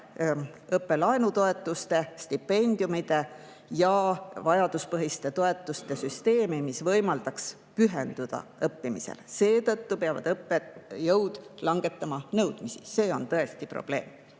õppelaenutoetuste, stipendiumide ja vajaduspõhiste toetuste süsteemi, mis võimaldaks pühenduda õppimisele. Seetõttu peavad õppejõud nõudmisi langetama. See on tõesti probleem.